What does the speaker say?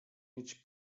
mieć